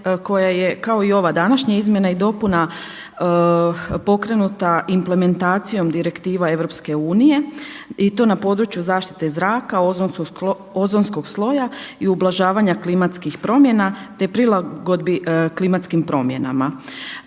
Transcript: koja je kao i ova današnja izmjena i dopuna pokrenuta implementacijom direktiva EU i to na području zaštite zraka, ozonskog sloja i ublažavanja klimatskih promjena, te prilagodbi klimatskim promjenama.